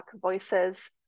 voices